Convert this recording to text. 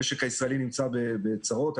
המשק הישראלי נמצא בצרות.